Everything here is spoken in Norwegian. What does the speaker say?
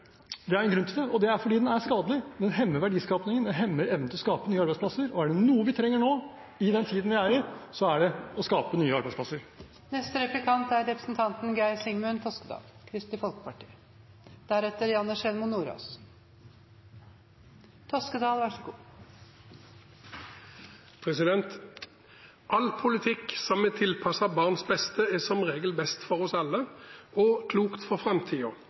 det er en grunn til det, og det er at den er skadelig. Den hemmer verdiskapingen. Den hemmer evnen til å skape nye arbeidsplasser. Og er det noe vi trenger i den tiden vi er i, er det å skape nye arbeidsplasser. All politikk som er tilpasset barns beste, er som regel best for oss alle og klokt for